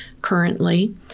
currently